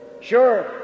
Sure